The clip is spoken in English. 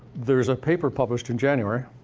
there's a paper published in january,